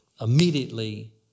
immediately